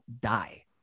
die